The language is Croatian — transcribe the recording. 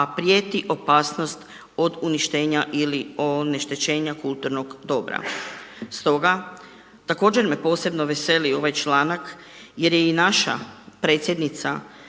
a prijeti opasnost od uništenja ili oneštećenja kulturnog dobra. Stoga također me posebno veseli ovaj članak jer je i naša predsjednica